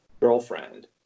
girlfriend